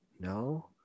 no